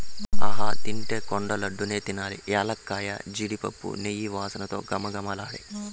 ఆహా తింటే కొండ లడ్డూ నే తినాలి ఎలక్కాయ, జీడిపప్పు, నెయ్యి వాసనతో ఘుమఘుమలాడే